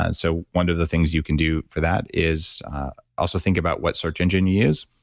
and so one of the things you can do for that is also think about what search engine you use.